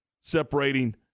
separating